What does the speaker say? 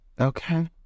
Okay